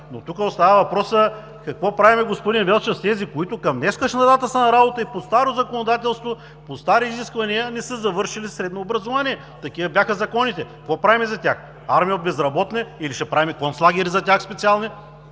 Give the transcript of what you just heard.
Тук остава въпросът: какво правим, господин Велчев, с тези, които към днешна дата са на работа и по старо законодателство, по стари изисквания, не са завършили средно образование? Такива бяха законите. Какво правим за тях – армия от безработни или ще правим специални